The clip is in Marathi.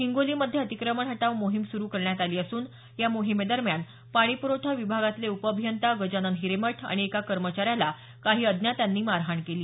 हिंगोलीमधे अतिक्रमण हटाव मोहीम सुरू करण्यात आली असून या मोहिमेदरम्यान पाणीपुरवठा विभागातले उपअभियंता गजानन हिरेमठ आणि एका कर्मचाऱ्याला काही अज्ञातांनी मारहाण केली